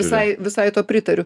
visai visai tuo pritariu